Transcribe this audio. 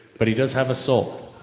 but he does have a soul.